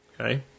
Okay